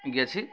গেছি